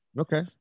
okay